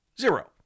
zero